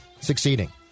succeeding